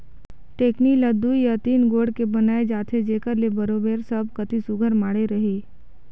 टेकनी ल दुई या तीन गोड़ के बनाए जाथे जेकर ले बरोबेर सब कती सुग्घर माढ़े रहें